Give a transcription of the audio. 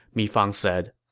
mi fang said.